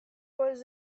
was